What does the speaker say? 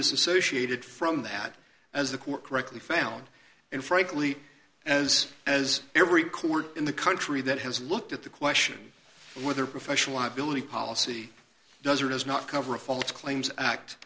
disassociated from that as the court correctly found and frankly as as every court in the country that has looked at the question whether professional liability policy does or does not cover a false claims act